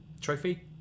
trophy